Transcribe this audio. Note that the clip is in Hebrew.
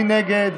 מי נגד?